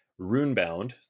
Runebound